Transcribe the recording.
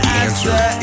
answer